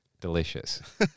Delicious